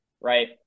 right